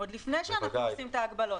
עוד לפני שאנחנו עושים את ההגבלות.